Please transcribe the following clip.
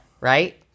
right